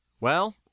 Well